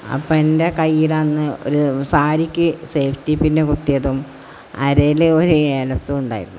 അപ്പം എൻ്റെ കൈയ്യിൽ അന്ന് ഒരു സാരിക്ക് സേഫ്റ്റി പിന്ന് കുത്തിയതും അരയിൽ ഒരു ഏലസും ഉണ്ടായിരുന്നു